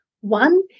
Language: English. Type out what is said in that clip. one